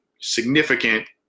significant